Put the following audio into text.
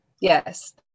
Yes